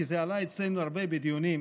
כי זה עלה אצלנו הרבה בדיונים.